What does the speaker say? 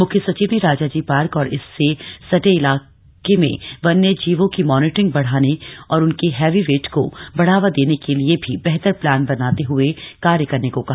मुख्य सचिव ने राजाजी पार्क और इससे सटे इलाके में वन्यजीवों की मॉनिटरिंग बढ़ाने और उनके हैविटेट को बढ़ावा देने के लिये भी बेहतर प्लान बनाते हए कार्य करने को कहा